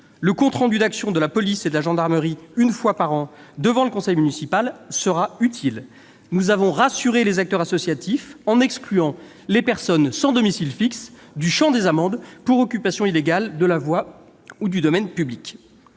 le compte rendu de l'action de la police et de la gendarmerie une fois par an devant le conseil municipal sera utile. Nous avons rassuré les acteurs associatifs en excluant les personnes sans domicile fixe du champ des amendes pour occupation illégale de la voie ou du domaine public.